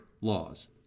laws